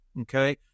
Okay